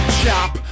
chop